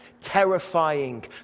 terrifying